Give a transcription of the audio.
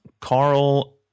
Carl